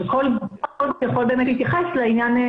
וכל גוף יכול באמת להתייחס לעניין,